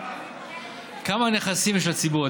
כמה נכסים יש לציבור,